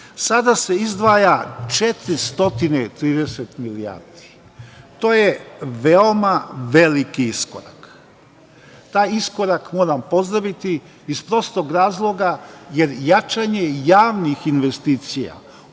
Sada se izdvaja 430 milijardi. To je veoma veliki iskorak. Taj iskorak moram pozdraviti, iz prostog razloga jer jačanje javnih investicija u